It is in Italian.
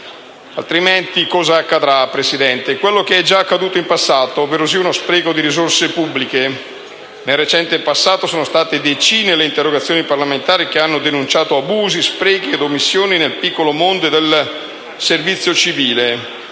altrimenti accadrà quanto già accaduto in passato, ossia uno spreco di risorse pubbliche. Nel recente passato sono state decine le interrogazioni parlamentari che hanno denunciato abusi, sprechi ed omissioni nel piccolo mondo del servizio civile,